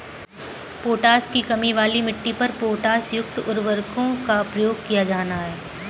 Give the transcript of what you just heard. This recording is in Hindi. पोटाश की कमी वाली मिट्टी पर पोटाशयुक्त उर्वरकों का प्रयोग किया जाना है